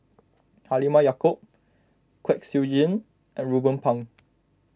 Halimah Yacob Kwek Siew Jin and Ruben Pang